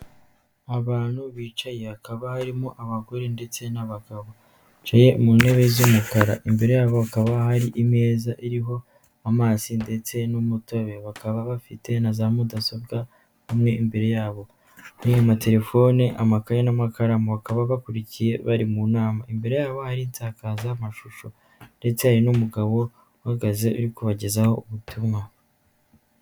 Abantu bicaye hakaba harimo abagore ndetse n'abagabo, bicaye mu ntebe z'umukara imbere yabo hakaba hari imeza iriho amazi ndetse n'umutobe, bakaba bafite na za mudasobwa bamwe imbere yabo bamwe mu matelefone, amakaye n'amakaramu bakaba bakurikiye bari mu nama imbere yabo hari isakazamashusho ndetse hari n'umugabo uhagaze uri kubagezaho ubutumwa.